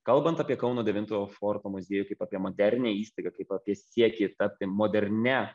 kalbant apie kauno devintojo forto muziejų kaip apie modernią įstaigą kaip apie siekį tapti modernia